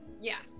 Yes